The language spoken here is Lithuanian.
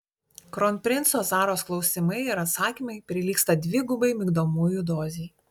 kronprinco zaros klausimai ir atsakymai prilygsta dvigubai migdomųjų dozei